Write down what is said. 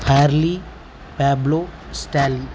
Harley ప్యాబ్లో స్టలీ